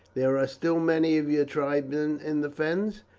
there are still many of your tribesmen in the fens?